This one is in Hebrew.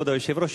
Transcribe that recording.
כבוד היושב-ראש,